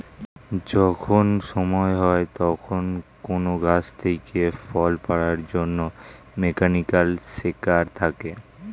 যখন সময় হয় তখন কোন গাছ থেকে ফল পাড়ার জন্যে মেকানিক্যাল সেকার থাকে